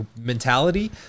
mentality